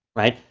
right?